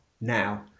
now